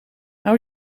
hou